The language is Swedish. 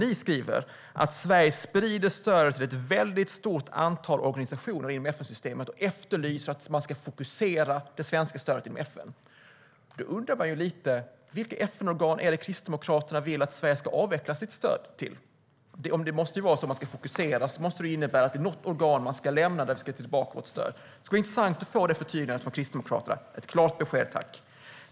De skriver att Sverige sprider stödet till ett väldigt stort antal organisationer inom FN-systemet, och de efterlyser att man ska fokusera det svenska stödet inom FN. Då undrar man ju lite vilka FN-organ det är Kristdemokraterna vill att Sverige ska avveckla sitt stöd till. Det måste ju vara så - om vi ska fokusera måste det innebära att det är något organ vi ska lämna och dra tillbaka vårt stöd från. Det vore intressant att få det förtydligat från Kristdemokraterna. Jag vill ha ett klart besked, tack.